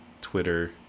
Twitter